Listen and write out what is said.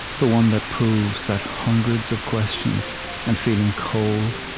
the one that proves that hundreds of questions and feeling cold,